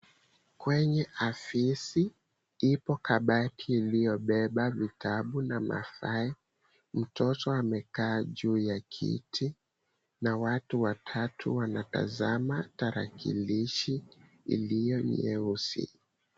Kwenye afisi ipo kabati iliyobeba vitabu na mafaili, mtoto amekaa juu ya kiti na watu watatu wanatazama tarakilishi iliyo nyeusi.